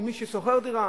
מי ששוכר דירה.